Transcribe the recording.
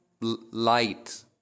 ...light